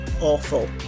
awful